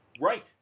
Right